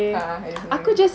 a'ah addison rae